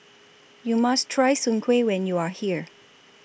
YOU must Try Soon Kway when YOU Are here